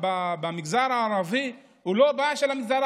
במגזר הערבי הוא לא בעיה של המגזר,